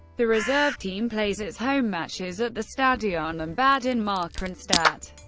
the reserve team plays its home matches at the stadion am bad in markranstadt.